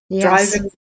driving